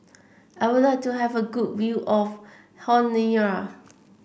I would like to have a good view of Honiara